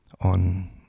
on